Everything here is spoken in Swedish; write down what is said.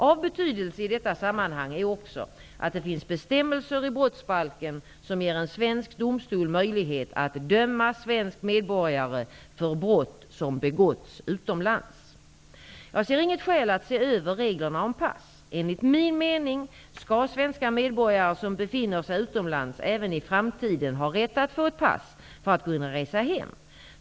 Av betydelse i detta sammanhang är också att det finns bestämmelser i brottsbalken som ger en svensk domstol möjlighet att döma svenska medborgare för brott som begåtts utomlands (se 2 Jag ser inget skäl att se över reglerna om pass. Enligt min mening skall svenska medborgare som befinner sig utomlands även i framtiden ha rätt att få ett pass för att kunna resa hem.